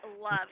love